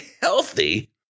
healthy